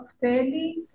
fairly